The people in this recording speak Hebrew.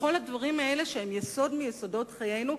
בכל הדברים האלה שהם יסוד מיסודות חיינו,